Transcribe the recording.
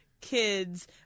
kids